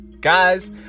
Guys